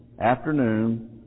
afternoon